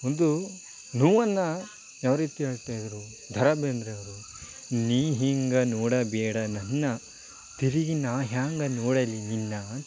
ಒಂದು ನೋವನ್ನು ಯಾವರೀತಿ ಹೇಳ್ತಾಯಿದ್ದರು ದ ರಾ ಬೇಂದ್ರೆ ಅವರು ನೀ ಹೀಂಗೆ ನೋಡ ಬೇಡ ನನ್ನ ತಿರುಗಿ ನಾ ಹ್ಯಾಂಗೆ ನೋಡಲಿ ನಿನ್ನ